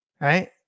right